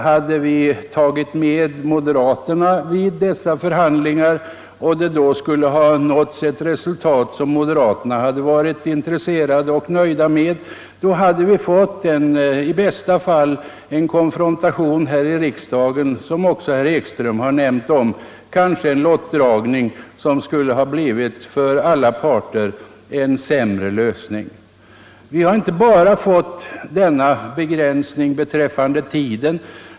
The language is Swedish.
Hade vi tagit med moderaterna vid dessa förhandlingar och det skulle ha uppnåtts ett resultat som moderaterna varit intresserade av och nöjda med, hade vi i bästa fall fått en konfrontation här i riksdagen, som också herr Ekström nämnde, och kanske en lottdragning som skulle ha blivit en för alla parter sämre lösning. Vi har inte bara fått en begränsning beträffande tiden.